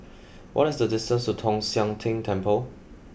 what is the distance to Tong Sian Tng Temple